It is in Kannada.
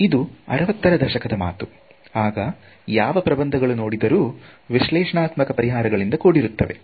ಇದು ಅರವತ್ತರ ದಶಕದ ಮಾತು ಆಗ ಯಾವ ಪ್ರಬಂಧಗಳು ನೋಡಿದರೂ ವಿಶ್ಲೇಷಣಾತ್ಮಕ ಪರಿಹಾರ ಗಳಿಂದ ಕೂಡಿರುತ್ತದೆ